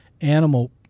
animal